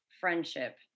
friendship